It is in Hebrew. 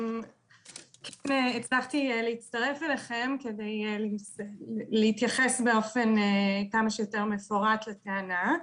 הצלחתי להצטרף אליכם כדי להתייחס באופן יותר מפורט לטענה.